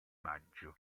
maggio